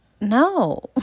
no